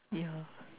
yeah